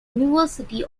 university